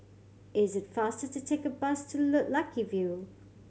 is it faster to take the bus to Lucky View